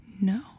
no